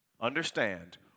Understand